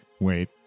Wait